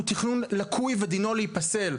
הוא תכנון לקוי ודינו להיפסל.